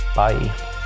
Bye